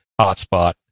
hotspot